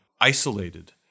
isolated